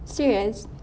serious